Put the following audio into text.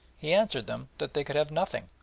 he answered them that they could have nothing.